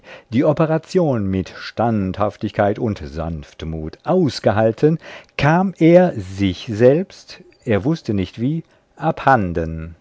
die operation mit standhaftigkeit und sanftmut ausgehalten kam er sich selbst er wußte nicht wie abhanden